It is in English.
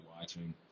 watching